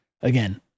Again